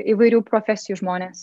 įvairių profesijų žmones